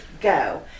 go